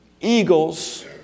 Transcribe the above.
Eagles